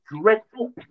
dreadful